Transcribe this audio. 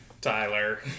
Tyler